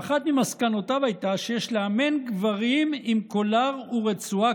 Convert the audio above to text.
שאחת ממסקנותיו הייתה שיש לאמן גברים עם קולר ורצועה,